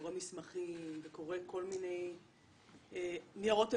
קורא מסמכים וקורא ניירות עמדה,